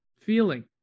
feeling